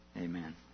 Amen